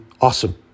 awesome